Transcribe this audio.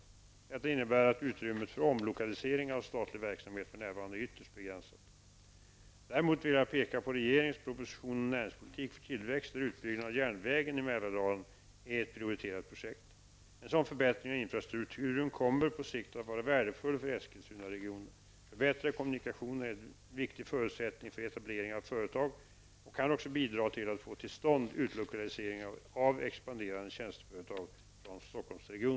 Detta innebär att utrymmet för omlokaliseringar av statlig verksamhet för närvarande är ytterst begränsat. Däremot vill jag peka på regeringens propositionen om näringspolitik för tillväxt där utbyggnaden av järnvägen i Mälardalen är ett prioriterat projekt. En sådan förbättring av infrastrukturen kommer på sikt att vara värdefull för Eskilstunaregionen. Förbättrade kommunikationer är en viktig förutsättning för etableringar av företag och kan också bidra till att få till stånd utlokaliseringar av expanderade tjänsteföretag från